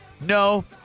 No